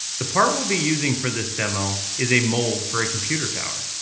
the part we'll be using for this demo is a mold for a computer tower.